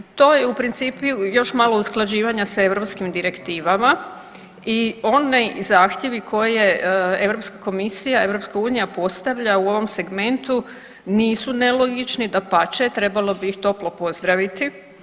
To je u principu još malo usklađivanja s europskim direktivama i oni zahtjevi koje Europska komisija, EU postavlja u ovom segmentu nisu nelogični dapače trebalo bi ih toplo pozdraviti.